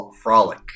Frolic